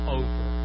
over